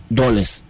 dollars